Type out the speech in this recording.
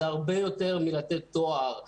זה הרבה יותר מלתת תואר.